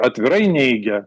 atvirai neigia